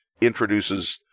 introduces